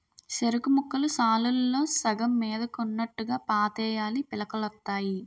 సెరుకుముక్కలు సాలుల్లో సగం మీదకున్నోట్టుగా పాతేయాలీ పిలకలొత్తాయి